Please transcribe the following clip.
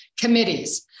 committees